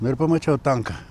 nu ir pamačiau tanką